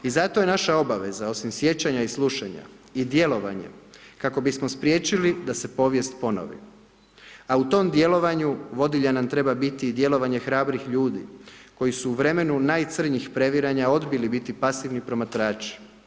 I zato je naša obaveza osim sjećanja i slušanja i djelovanje kako bismo spriječili da se povijest ponovi, a u tom djelovanju, vodilja nam treba biti i djelovanje hrabrih ljudi, koji su u vremenu najcrnjih previranja odbili biti pasivni promatrači.